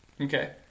Okay